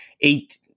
eight